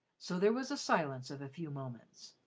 so there was a silence of a few moments.